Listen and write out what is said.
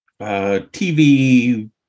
TV